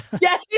yes